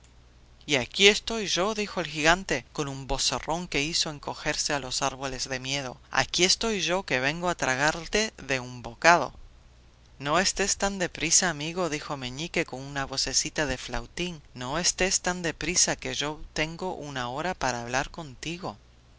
y aquí estoy yo dijo el gigante con un vocerrón que hizo encogerse a los árboles de miedo aquí estoy yo que vengo a tragarte de un bocado no estés tan de prisa amigo dijo meñique con una vocecita de flautín no estés tan de prisa que yo tengo una hora para hablar contigo